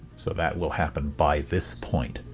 so that will happen by this point,